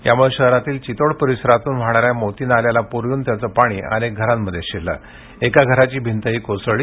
यामूळं शहरातील चितोड परिसरातून वाहणाऱ्या मोती नाल्याला पुर येऊन त्याचं पाणी अनेक घरांमध्ये शिरलं एका घराची भिंतही कोसळली